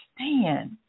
understand